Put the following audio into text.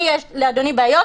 יש לאדוני, בעיות?